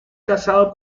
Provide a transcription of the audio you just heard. cazado